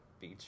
beach